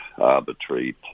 arbitrary